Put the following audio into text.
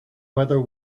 whether